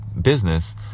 business